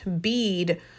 bead